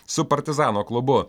su partizano klubu